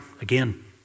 again